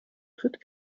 tritt